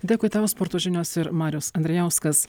dėkui tau sporto žinios ir marius andrijauskas